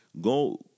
go